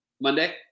Monday